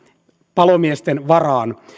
palomiesten varaan